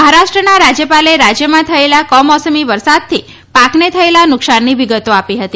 મહારાષ્ટ્રના રાજ્યપાલે રાજ્યમાં થયેલા કમોસમી વરસાદથી પાકને થયેલા નુકસાનની વિગતો આપી હતી